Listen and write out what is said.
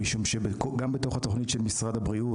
משום שגם בתוך התוכנית של משרד הבריאות,